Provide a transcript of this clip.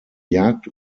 jagd